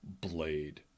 Blade